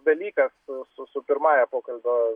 dalykas su su pirmąja pokalbio